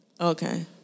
Okay